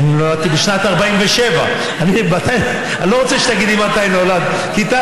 כי אני נולדתי בשנת 1947. לא רוצה שתגידי מתי נולדת,